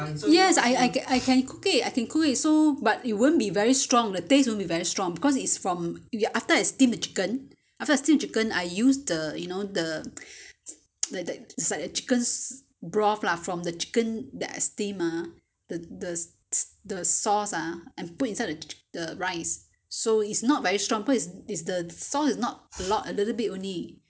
yes I I can cook I can cook it so but the it won't be very strong the taste won't be very strong cause it's from after I steam the chicken after I steam the chicken I use the you know the th~ th~ it's like the chicken broth lah from the chicken that I steam ah th~ th~ the sauce ah I put inside the rice so is not very strong cause it's the it's the the sauce is not the lot a little bit only